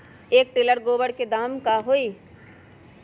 एक टेलर गोबर के दाम का होई?